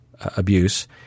abuse